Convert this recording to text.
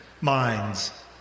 minds